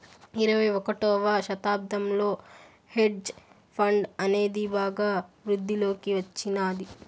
ఇరవై ఒకటవ శతాబ్దంలో హెడ్జ్ ఫండ్ అనేది బాగా వృద్ధిలోకి వచ్చినాది